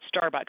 Starbucks